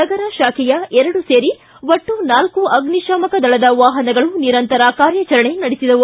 ನಗರ ಶಾಖೆಯ ಎರಡು ಸೇರಿ ಒಟ್ಟು ನಾಲ್ಕು ಅಗ್ನಿಶಾಮಕ ದಳದ ವಾಹನಗಳು ನಿರಂತರ ಕಾರ್ಯಾಚರಣೆ ನಡೆಸಿದವು